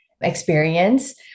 experience